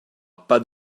pas